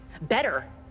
Better